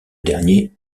dernier